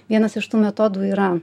vienas iš tų metodų yra